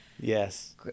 Yes